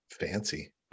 Fancy